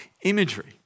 imagery